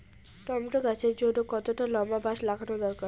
Tomato গাছের জন্যে কতটা লম্বা বাস লাগানো দরকার?